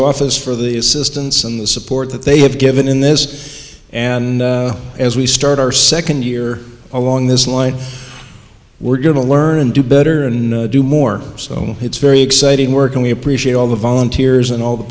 office for the assistance and support that they have given in this and as we start our second year along this line we're going to learn and do better and do more so it's very exciting work and we appreciate all the volunteers and all the